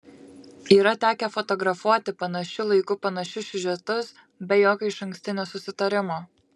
yra tekę fotografuoti panašiu laiku panašius siužetus be jokio išankstinio susitarimo